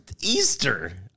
Easter